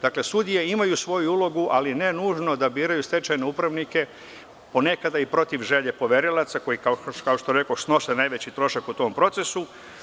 Dakle, sudije imaju svoju ulogu, ali ne nužno da biraju stečajne upravnike, ponekada i protiv želje poverilaca, koji kao što rekoh, snose najveći trošak u tom procesu.